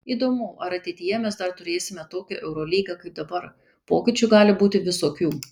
įdomu ar ateityje mes dar turėsime tokią eurolygą kaip dabar pokyčių gali būti visokių